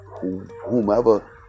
whomever